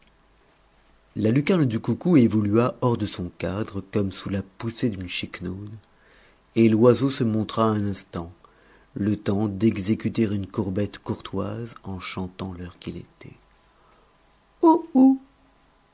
la lucarne du coucou évolua hors de son cadre comme sous la poussée d'une chiquenaude et l'oiseau se montra un instant le temps d'exécuter une courbette courtoise en chantant l'heure qu'il était